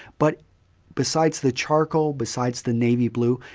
but besides the charcoal, besides the navy blue,